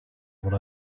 what